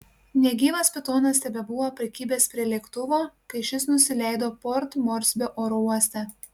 negyvas pitonas tebebuvo prikibęs prie lėktuvo kai šis nusileido port morsbio oro uoste